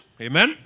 Amen